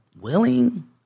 willing